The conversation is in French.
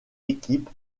équipe